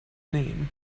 name